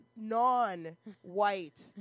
non-white